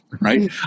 right